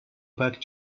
back